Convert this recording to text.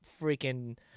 freaking